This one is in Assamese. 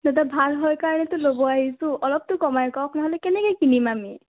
দাদা ভাল হয় কাৰণেটো ল'ব আহিছোঁ অলপটো কমাই কওক নহ'লে কেনেকৈ কিনিম আমি